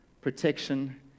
protection